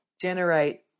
generate